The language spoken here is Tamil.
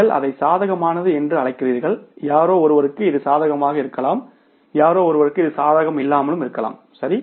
நீங்கள் அதை சாதகமானது என்று அழைக்கிறீர்கள் யாரோ ஒருவருக்கு இது சாதகமாக இருக்கலாம் யாரோ ஒருவருக்கு அது சாதகமாக இல்லாமல் இருக்கலாம் சரி